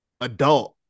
adult